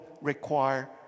require